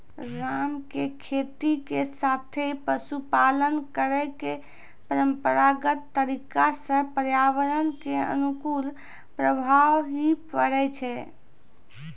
राम के खेती के साथॅ पशुपालन करै के परंपरागत तरीका स पर्यावरण कॅ अनुकूल प्रभाव हीं पड़ै छै